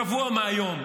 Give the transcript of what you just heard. שבוע מהיום,